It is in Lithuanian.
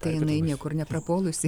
tai jinai niekur neprapuolusi